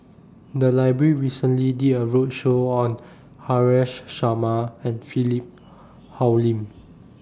The Library recently did A roadshow on Haresh Sharma and Philip Hoalim